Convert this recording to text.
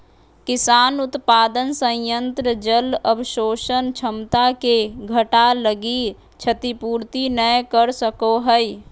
किसान उत्पादन संयंत्र जल अवशोषण क्षमता के घटा लगी क्षतिपूर्ति नैय कर सको हइ